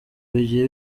bigiye